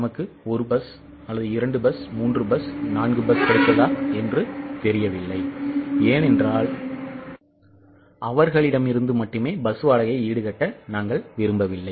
நமக்கு 1 bus 2 bus 3 bus 4 bus கிடைத்ததா என்பது தெரியவில்லை ஏனென்றால் அவர்களிடமிருந்து மட்டுமே பஸ் வாடகையை ஈடுகட்ட நாங்கள் விரும்பவில்லை